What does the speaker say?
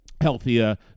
healthier